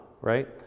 right